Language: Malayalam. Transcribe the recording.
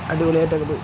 അടിപൊളിയായിട്ട് അങ്ങോട്ട്